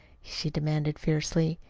she demanded fiercely.